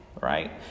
right